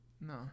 No